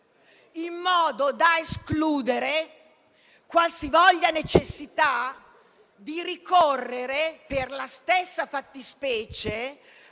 atto ad escludere qualsivoglia necessità di ricorrere per la stessa fattispecie